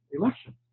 election